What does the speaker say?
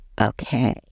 Okay